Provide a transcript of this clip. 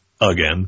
again